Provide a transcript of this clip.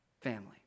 family